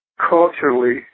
Culturally